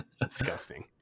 disgusting